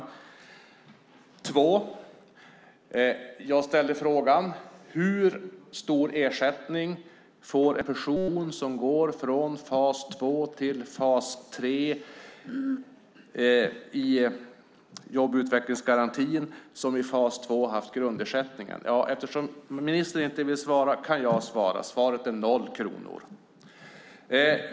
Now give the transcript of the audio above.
Den andra frågan jag ställde var: Hur stor ersättning får en person som går från fas 2, och där har haft grundersättningen, till fas 3 i jobb och utvecklingsgarantin? Eftersom ministern inte vill svara kan jag svara. Svaret är: noll kronor.